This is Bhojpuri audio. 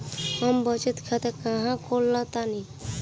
हम बचत खाता कहां खोल सकतानी?